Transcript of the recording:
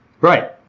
Right